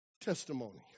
testimony